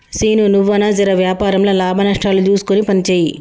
సీనూ, నువ్వన్నా జెర వ్యాపారంల లాభనష్టాలు జూస్కొని పనిజేయి